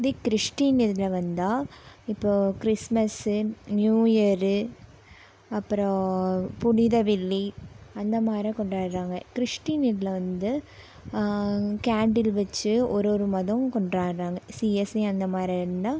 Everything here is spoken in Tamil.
இதே கிறிஸ்டீன் இதில் வந்தால் இப்போது கிறிஸ்மஸ் நியூஇயர் அப்புறம் புனிதவெள்ளி அந்த மாதிரி கொண்டாடுறாங்க கிறிஸ்டீன் இதில் வந்து கேன்டில் வச்சி ஒரு ஒரு மதமும் கொண்டாடுறாங்க சிஎஸ்சி அந்த மாதிரி இருந்தால்